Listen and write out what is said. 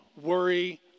worry